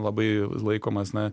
labai laikomas na